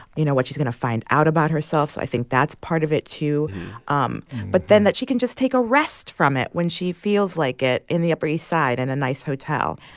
you know, what she's going to find out about herself. so i think that's part of it, too um but then that she can just take a rest from it when she feels like it in the upper east side in and a nice hotel.